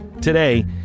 Today